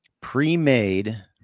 pre-made